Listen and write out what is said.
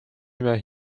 nime